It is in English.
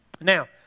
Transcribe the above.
Now